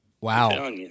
Wow